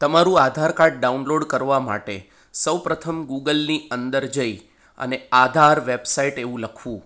તમારું Aadhaar card download કરવા માટે સૌ પ્રથમ ગુગલની અંદર જઈ અને આધાર વેબસાઇટ એવું લખવું